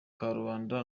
karubanda